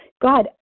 God